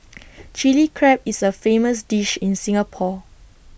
Chilli Crab is A famous dish in Singapore